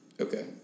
Okay